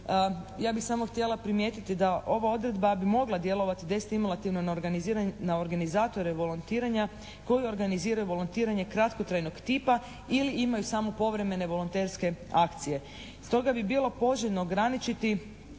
Ja bih samo htjela primijetiti da ova odredba bi mogla djelovati destimulativno na organizatore volontiranja koji organiziraju volontiranje kratkotrajnog tipa ili imaju samo povremene volonterske akcije. Stoga bi bilo poželjno ograničiti